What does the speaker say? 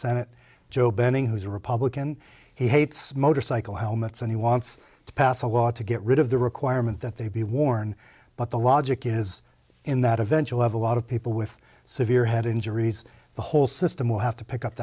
senate joe bending who's a republican he hates motorcycle helmets and he wants to pass a law to get rid of the requirement that they be worn but the logic is in that eventual have a lot of people with severe head injuries the whole system will have to pick up